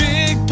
Big